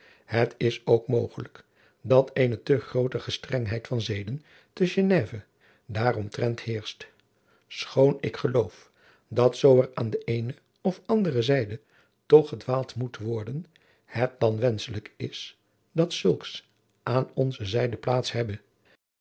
het is ook mogelijk dat eene te groote gestrengheid van zeden te geneve daaromtrent heerscht schoon ik geloof dat zoo er aan de eene of andere zijde toch gedwaald moet worden het dan wenschelijkst is dat zulks aan onze zijde plaats hebbe